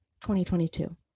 2022